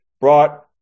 brought